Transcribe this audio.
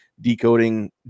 decoding